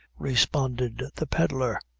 responded the pedlar.